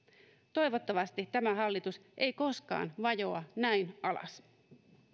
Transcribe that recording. toivottavasti tämä hallitus ei koskaan vajoa näin alas